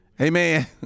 Amen